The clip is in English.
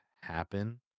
happen